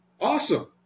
Awesome